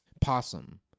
possum